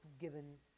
Given